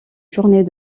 journée